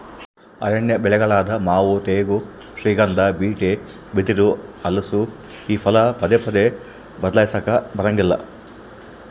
ಅರಣ್ಯ ಬೆಳೆಗಳಾದ ಮಾವು ತೇಗ, ಶ್ರೀಗಂಧ, ಬೀಟೆ, ಬಿದಿರು, ಹಲಸು ಈ ಫಲ ಪದೇ ಪದೇ ಬದ್ಲಾಯಿಸಾಕಾ ಬರಂಗಿಲ್ಲ